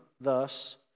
thus